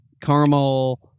caramel